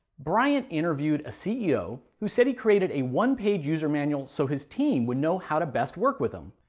bryant interviewed a ceo who said he created a one-page user manual so his team would know how to best work with him.